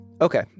Okay